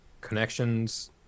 connections